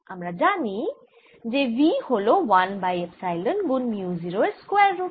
আমরা জানি যে v হল 1 বাই এপসাইলন গুন মিউ 0 এর স্কয়ার রুট